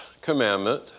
commandment